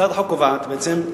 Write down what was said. הצעת החוק קובעת בעצם,